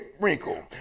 wrinkle